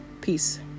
peace